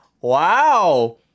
Wow